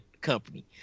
company